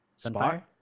sunfire